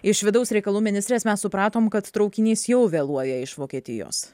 iš vidaus reikalų ministrės mes supratom kad traukinys jau vėluoja iš vokietijos